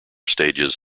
stages